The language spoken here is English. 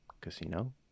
Casino